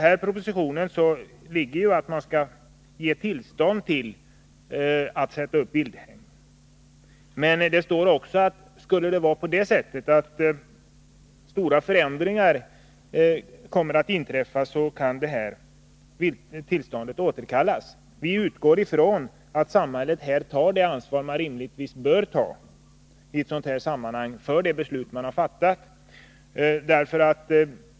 I propositionens förslag ligger att det skall ges tillstånd till att sätta upp vilthägn. Men det sägs också att om stora förändringar kommer att inträffa, så kan tillståndet återkallas. Vi utgår från att samhället här tar det ansvar man naturligtvis bör ta i ett sådant här sammanhang för de beslut som fattas.